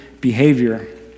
behavior